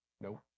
Nope